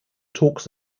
talks